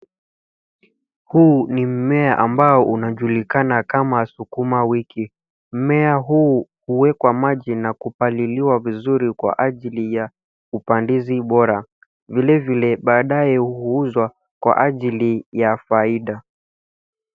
Huu ni mmea ambao unajulikana kama sukuma wiki. Mmea huu huwekwa maji na kupaliliwa vizuri kwa ajili ya upandizi bora. Vile vile, baadae huuzwa kwa ajili ya faida.